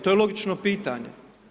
To je logično pitanje.